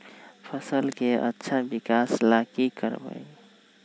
फसल के अच्छा विकास ला की करवाई?